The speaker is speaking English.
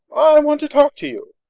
i want to talk to you.